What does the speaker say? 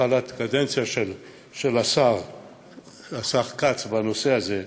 התחלת הקדנציה של השר כץ, בנושא הזה,